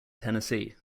tennessee